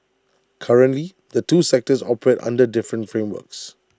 currently the two sectors operate under different frameworks